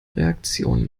reaktion